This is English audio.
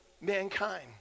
mankind